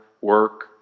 work